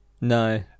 No